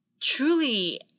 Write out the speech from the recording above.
truly